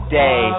day